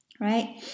right